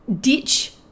ditch